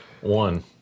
One